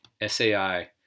SAI